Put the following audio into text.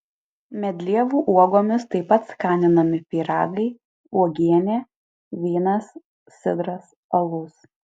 medlievų uogomis taip pat skaninami pyragai uogienė vynas sidras alus